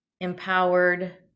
empowered